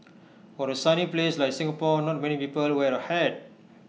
for A sunny place like Singapore not many people wear A hat